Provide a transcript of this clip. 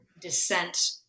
descent